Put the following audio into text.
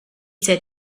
said